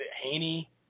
Haney